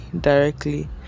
directly